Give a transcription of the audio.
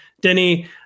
Denny